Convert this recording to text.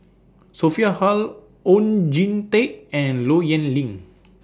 Sophia Hull Oon Jin Teik and Low Yen Ling